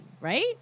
right